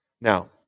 Now